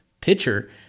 pitcher